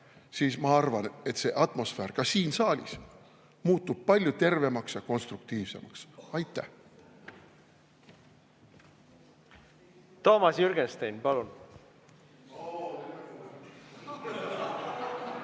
siis ma arvan, et see atmosfäär ka siin saalis muutub palju tervemaks ja konstruktiivsemaks. Aitäh! Toomas Jürgenstein, palun!